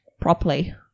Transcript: properly